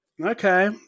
Okay